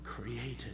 created